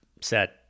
set